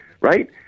right